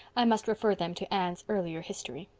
i must refer them to anne's earlier history.